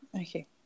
Okay